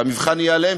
והמבחן יהיה עליהם,